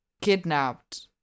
kidnapped